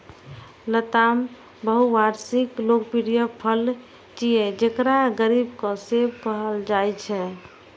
लताम बहुवार्षिक लोकप्रिय फल छियै, जेकरा गरीबक सेब कहल जाइ छै